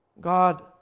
God